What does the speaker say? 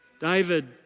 David